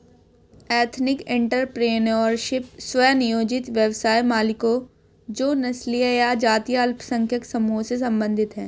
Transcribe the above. ethnic entrepreneurship, स्व नियोजित व्यवसाय मालिकों जो नस्लीय या जातीय अल्पसंख्यक समूहों से संबंधित हैं